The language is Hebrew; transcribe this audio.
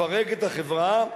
לפרק את החברה.